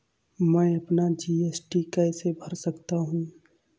मैं अपना जी.एस.टी कैसे भर सकता हूँ?